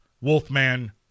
Wolfman